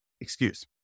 excuse